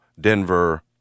Denver